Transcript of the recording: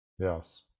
Yes